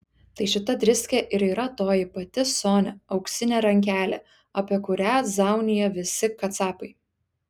tai šita driskė ir yra toji pati sonia auksinė rankelė apie kurią zaunija visi kacapai